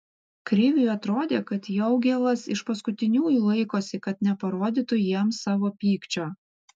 kriviui atrodė kad jaugėlas iš paskutiniųjų laikosi kad neparodytų jiems savo pykčio